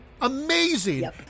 Amazing